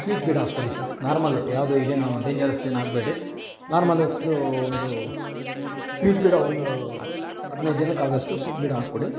sweet ಬೀಡ ಹಾಕ್ಬಿಡಿ sir normal ಯಾವುದು ಇದೇನೂ ಡೇಂಜರೆಸ್ದು ಏನೂ ಆಗಬೇಡಿ ನಾರ್ಮಲ್ಸ್ದೂ ಒಂದು ಸ್ವೀಟ್ ಬೀಡ ಒಂದು ಹದಿನೈದು ಜನಕ್ಕೆ ಆಗುವಷ್ಟು ಸ್ವೀಟ್ ಬೀಡ ಹಾಕ್ಕೊಡಿ